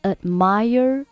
Admire